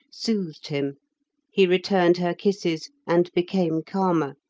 soothed him he returned her kisses and became calmer.